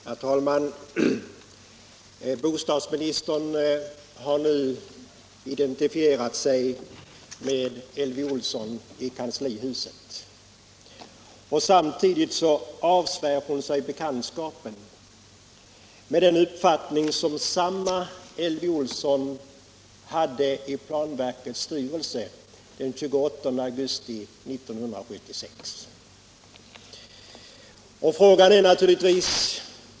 Herr talman! Bostadsministern har nu identifierat sig med fru Elvy Olsson i kanslihuset och samtidigt avsvär hon sig den uppfattning som samma Elvy Olsson hade i planverkets styrelse den 28 augusti 1976.